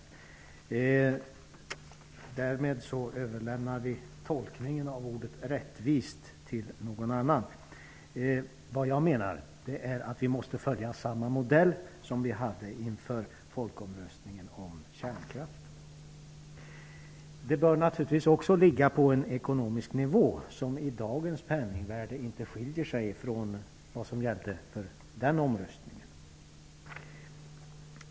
Därmed överlämnar vi tolkningen av ordet ''rättvist'' till någon annan. Jag menar att vi måste följa samma modell som vi hade inför folkomröstningen för kärnkraften. Resurserna måste naturligtvis, i dagens penningvärde räknat, ligga på samma ekonomiska nivå som vid den folkomröstningen.